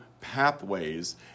pathways